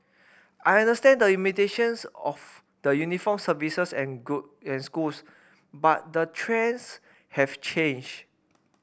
I understand the limitations of the uniformed services and and schools but the trends have changed